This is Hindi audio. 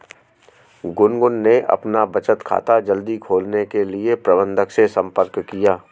गुनगुन ने अपना बचत खाता जल्दी खोलने के लिए प्रबंधक से संपर्क किया